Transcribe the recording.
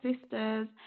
sisters